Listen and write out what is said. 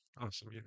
Awesome